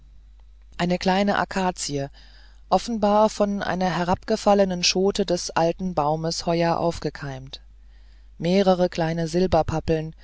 eine kleine akazie offenbar von einer heruntergefallenen schote des alten baumes heuer aufgekeimt mehrere kleine